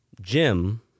Jim